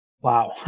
Wow